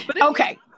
Okay